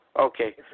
Okay